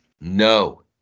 No